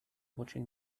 watching